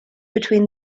between